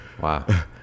Wow